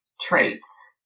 traits